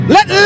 Let